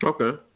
Okay